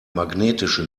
magnetische